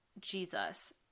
Jesus